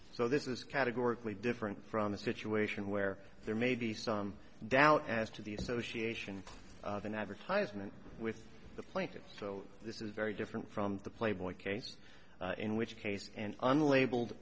so this is categorically different from the situation where there may be some doubt as to the association of an advertisement with the plaintiffs so this is very different from the playboy case in which case and unlabeled